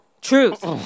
Truth